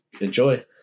enjoy